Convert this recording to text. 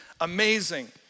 amazing